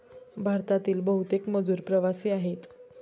भारतातील बहुतेक मजूर प्रवासी आहेत